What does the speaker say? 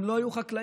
הם לא היו חקלאים,